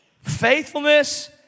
Faithfulness